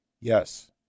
Yes